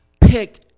picked